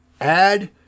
add